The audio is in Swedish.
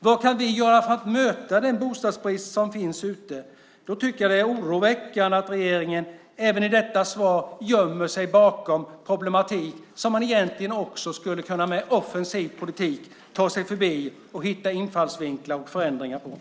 Vad kan vi göra för att möta den bostadsbrist som finns? Jag tycker att det är oroväckande att regeringen även i detta svar gömmer sig bakom problem som man egentligen skulle kunna ta sig förbi med en offensiv politik och som man skulle kunna hitta infallsvinklar på för att förändra.